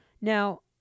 Now